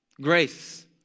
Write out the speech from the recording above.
Grace